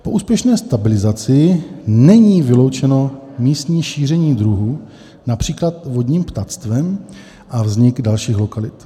Po úspěšné stabilizaci není vyloučeno místní šíření druhu, například vodním ptactvem, a vznik dalších lokalit.